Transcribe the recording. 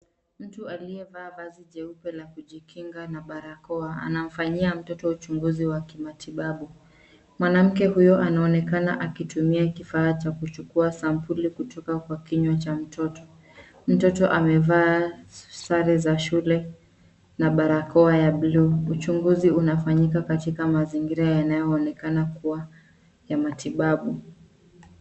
Mtu aliyevaa vazi jeupe la kujikinga na barakoa. Anamfanyia mtoto uchunguzi wakimatibabu. Mwanamke huyo anaonekana akitumia kifaa cha kuchukua sampuli kutoka kwa kinywa cha mtoto. Mtoto amevaa sare za shule na barakoa ya bluu. Uchunguzi unafanyika katika mazingira yanayoonekana kuwa ya matibabu.